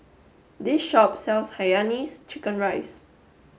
this shop sells Hainanese chicken rice